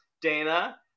Dana